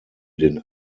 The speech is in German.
den